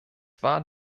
war